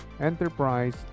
enterprise